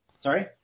Sorry